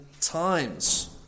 times